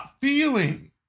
feeling